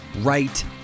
right